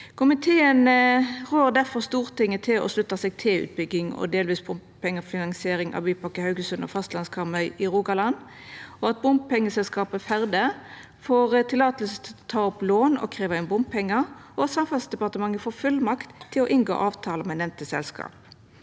Komiteen rår difor Stortinget til å slutta seg til utbygging og delvis bompengefinansiering av Bypakke Haugesund og fastlands-Karmøy i Rogaland, at bompengeselskapet Ferde AS får løyve til å ta opp lån og krevja inn bompengar, og at Samferdselsdepartementet får fullmakt til å inngå avtale med nemnde selskap.